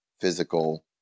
physical